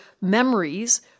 memories